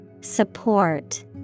Support